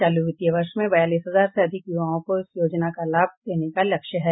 चालू वित्तीय वर्ष में बयालीस हजार से अधिक युवाओं को इस योजना का लाभ देने का लक्ष्य है